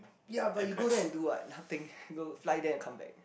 yea but you go there and do what nothing fly there and come back